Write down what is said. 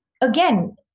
Again